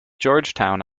georgetown